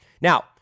Now